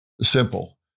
simple